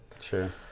sure